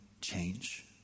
change